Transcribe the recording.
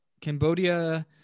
Cambodia